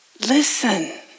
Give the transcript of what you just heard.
listen